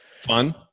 fun